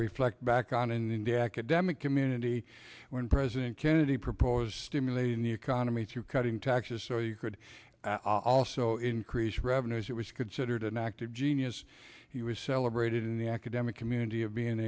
reflect back on in the academic community when president kennedy proposed stimulating the economy through cutting taxes so you could also increase revenues it was considered an act of genius he was celebrated in the academic community of being